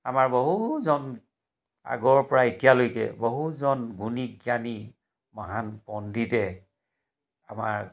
আমাৰ বহুজন আগৰ পৰা এতিয়ালৈকে বহুজন গুণী জ্ঞানী মহান পণ্ডিতে আমাৰ